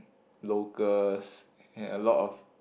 locals and a lot of